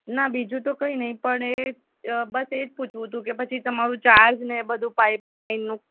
ના બીજું તો કંઈ નહીં પણ એ બસ એ જ પૂછવું હતું કે પછી તમારો ચાર્જ ને એ બધું એ પાઈપલાઈનનું